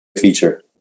feature